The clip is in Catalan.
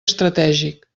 estratègic